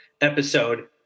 episode